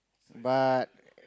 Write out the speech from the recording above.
but